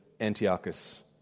Antiochus